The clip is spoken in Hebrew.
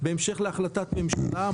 בהמשך להחלטת ממשלה,